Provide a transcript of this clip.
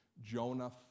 Jonah